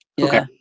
Okay